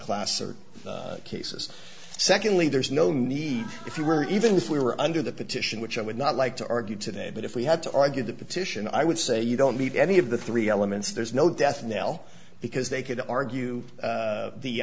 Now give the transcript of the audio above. placer cases secondly there is no need if you were even if we were under the petition which i would not like to argue today but if we had to argue the petition i would say you don't meet any of the three elements there's no death knell because they could argue